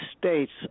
States